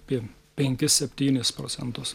apie penkis septynis procentus